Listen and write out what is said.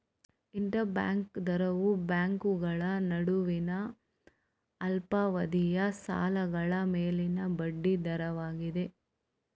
inter bank ದರವು ಬ್ಯಾಂಕುಗಳ ನಡುವಿನ ಅಲ್ಪಾವಧಿಯ ಸಾಲಗಳ ಮೇಲಿನ ಬಡ್ಡಿ ದರವಾಗಿದೆ